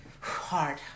Hard